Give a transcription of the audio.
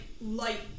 light